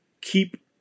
Keep